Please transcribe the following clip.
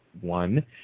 One